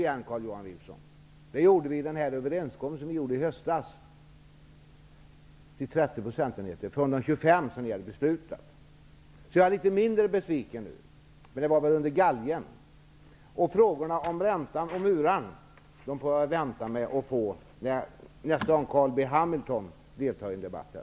Det beslutades vid överenskommelsen i höstas. De höjdes från 25 30 procentenheter. Jag är därför litet mindre besviken nu. Men det var väl under galgen. Frågorna om räntan och muraren får jag vänta med tills nästa gång som Carl B Hamilton deltar i debatten.